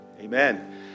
Amen